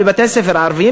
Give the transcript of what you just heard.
במיוחד בבתי-הספר הערביים,